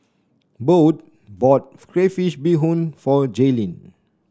Bode bought Crayfish Beehoon for Jalyn